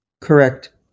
correct